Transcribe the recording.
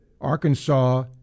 Arkansas